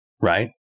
right